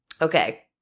okay